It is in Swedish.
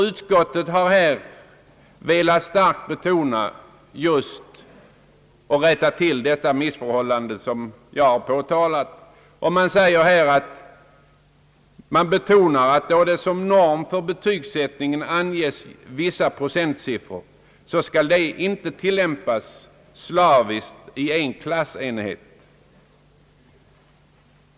Utskottet har här velat rätta till det missförhållande som jag har påtalat. Utskottet understryker, att »när det i läroplanen som norm för betygsfördelningen anges vissa procentsiffror ——— skall detta inte tillämpas slaviskt i varje klassenhet».